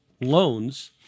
loans